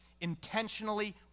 intentionally